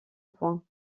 point